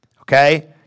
Okay